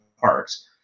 parts